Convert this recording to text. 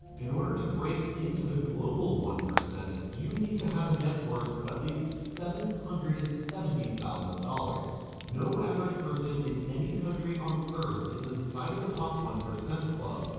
in order to break into the global one, you need to have a net worth of at least seven hundred and seventy thousand dollars. no average person in any country on earth is inside of the top one percent club.